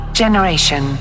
generation